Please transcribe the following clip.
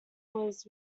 was